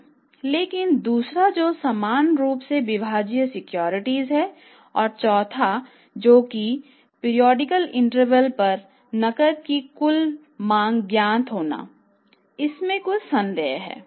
लेकिन दूसरा जो समान रूप से विभाज्य सिक्योरिटीज है और चौथा है जो कि आवधिक अंतराल पर नकद की कुल मांग ज्ञात होना इसमें कुछ संदेह है